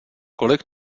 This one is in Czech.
kolik